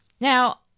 Now